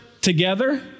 together